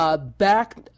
back